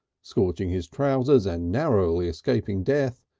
scorching his trousers and narrowly escaping death,